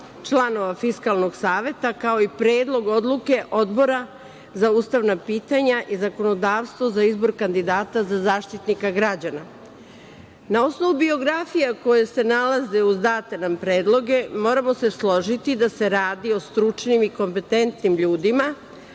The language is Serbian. članova Fiskalnog saveta, kao i predlog odluke Odbora za ustavna pitanja i zakonodavstvo za izbor kandidata za Zaštitnika građana. Na osnovu biografija koje se nalaze uz date nam predloge, moramo se složiti da se radi o stručnim i kompetentnim ljudima,